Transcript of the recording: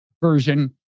version